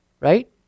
Right